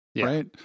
Right